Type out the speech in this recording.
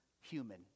human